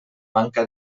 manca